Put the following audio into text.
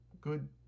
good